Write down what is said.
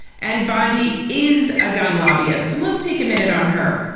and bondi's is a gun lobbyist. and let's take a minute on her.